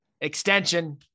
extension